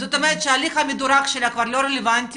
זאת אומרת, שההליך המדורג שלה כבר לא רלוונטי?